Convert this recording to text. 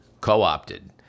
co-opted